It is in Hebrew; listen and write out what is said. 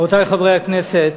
רבותי חברי הכנסת,